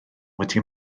wedi